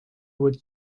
would